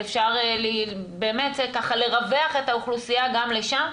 ואפשר באמת לרווח את האוכלוסייה גם לשם.